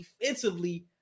Defensively